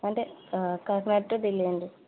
అంటే కాకినాడ టు ఢిల్లీ అండి